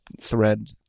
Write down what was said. thread